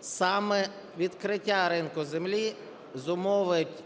Саме відкриття ринку землі зумовить